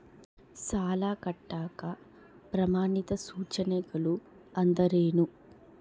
ಸಾಲ ಕಟ್ಟಾಕ ಪ್ರಮಾಣಿತ ಸೂಚನೆಗಳು ಅಂದರೇನು?